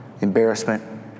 embarrassment